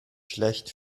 schlecht